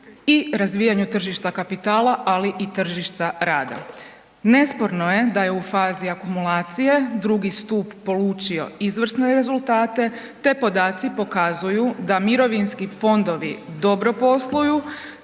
i razvijanju tržišta kapitala, ali i tržišta rada. Nesporno je da je u fazi akumulacije drugi stup polučio izvrsne rezultate te podaci pokazuju da mirovinski fondovi dobro posluju